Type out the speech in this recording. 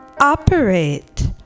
Operate